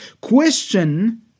question